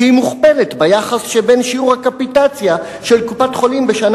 כשהיא מוכפלת ביחס שבין שיעור הקפיטציה של קופת-החולים בשנה